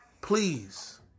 please